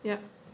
yeah